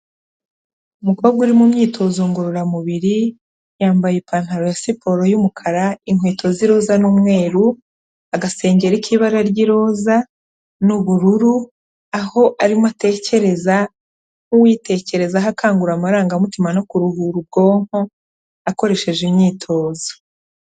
Umukobwa uri mu myitozo ngororamubiri, yambaye ipantaro ya siporo y'umukara, inkweto z'iroza n'umweru, agasengeri k'ibara ry'iroza n'ubururu, aho arimo atekereza, nk'uwitekerezaho akangura amarangamutima no kuruhura ubwonko, akoresheje imyitozo.